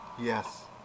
Yes